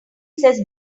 says